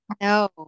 No